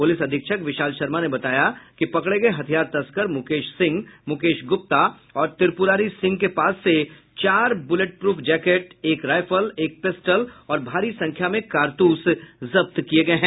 प्रलिस अधीक्षक विशाल शर्मा ने बताया कि पकड़े गये हथियार तस्कर मुकेश सिंह मुकेश गुप्ता और त्रिपुरारि सिंह के पास से चार बुलेटप्रफ जैकेट एक रायफल एक पिस्टल और भारी संख्या में कारतूस जब्त किये गये हैं